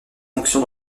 fonction